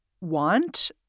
want